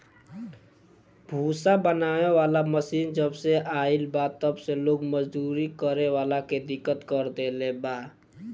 भूसा बनावे वाला मशीन जबसे आईल बा तब से लोग मजदूरी करे वाला के दिक्कत कर देले बा